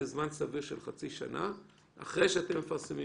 למרות שיש טיוטה ראשונית מאוד של חוזר כזה שגם הופצה לגופים,